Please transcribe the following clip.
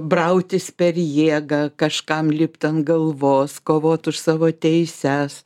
brautis per jėgą kažkam lipti ant galvos kovot už savo teises